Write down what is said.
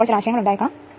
അതിനാൽ I2 8